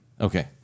Okay